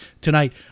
tonight